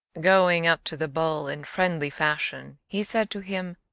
going up to the bull in friendly fashion, he said to him,